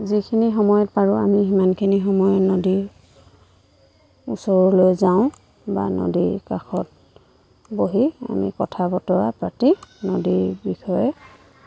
যিখিনি সময়ত পাৰোঁ আমি সিমানখিনি সময়ত নদীৰ ওচৰলৈ যাওঁ বা নদীৰ কাষত বহি আমি কথা বতৰা পাতি নদীৰ বিষয়ে